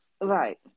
Right